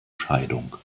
scheidung